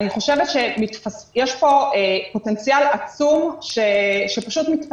אני חושבת שיש פה פוטנציאל עצום שמתפספס.